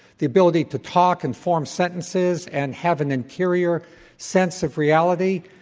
the ability to talk and form sentences and have an interior sense of reality.